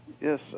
Yes